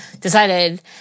decided